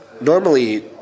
normally